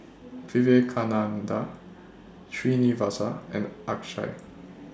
Vivekananda Srinivasa and Akshay